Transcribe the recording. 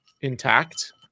intact